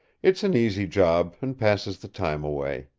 it's an easy job and passes the time away.